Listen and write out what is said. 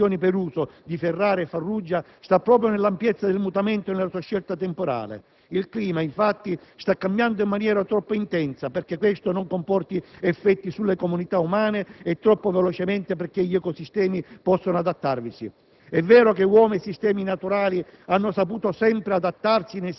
Il problema del mutamento climatico, come sottolineato in un recente libro dal titolo «Clima: istruzioni per l'uso», di Ferrara e Farruggia, sta proprio nell'ampiezza del mutamento e nella sua scelta temporale. Il clima, infatti, sta cambiando in maniera troppo intensa perché questo non comporti effetti sulle comunità umane, e troppo velocemente